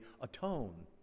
atone